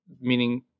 meaning